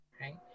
right